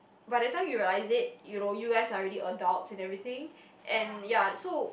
by the time you realize it you know you guys are already adults and everything and ya so